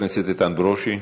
חבר הכנסת איתן ברושי,